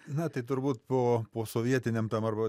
na tai turbūt po posovietiniam tam arba